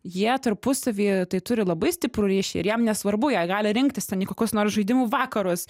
jie tarpusavy tai turi labai stiprų ryšį ir jiem nesvarbu jie gali rinktis ten į kokius nors žaidimų vakarus